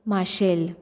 Marcel